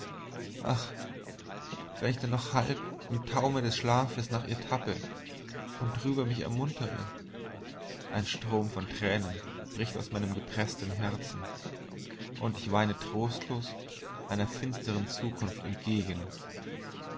dann noch halb im taumel des schlafes nach ihr tappe und drüber mich ermuntere ein strom von tränen bricht aus meinem gepreßten herzen und ich weine trostlos einer finstern zukunft entgegen